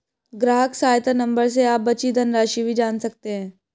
ग्राहक सहायता नंबर से आप बची धनराशि भी जान सकते हैं